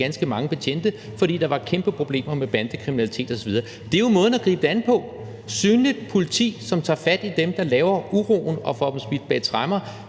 ganske mange betjente, fordi der var kæmpe problemer med bandekriminalitet osv., og det er jo måden at gribe det an på, altså et synligt politi, som tager fat i dem, der laver uroen, og får dem smidt bag tremmer.